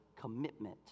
commitment